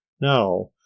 now